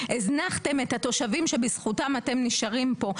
הזנחתם את התושבים שבזכותם אתם נשארים פה.